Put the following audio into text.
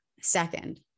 second